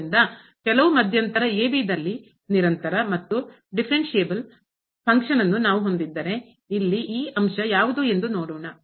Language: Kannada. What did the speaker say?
ಆದ್ದರಿಂದ ಕೆಲವು ಮಧ್ಯಂತರ ದಲ್ಲಿ ನಿರಂತರ ಮತ್ತು ದಿಫರೆನ್ಸ್ಸಿಬಲ್ ಫಂಕ್ಷನ್ ಕಾರ್ಯವ ನ್ನು ನಾವು ಹೊಂದಿದ್ದರೆ ಇಲ್ಲಿ ಈ ಅಂಶ ಯಾವುದು ಎಂದು ನೋಡೋಣ